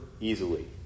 easily